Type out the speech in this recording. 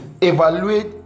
evaluate